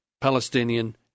Palestinian